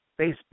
Facebook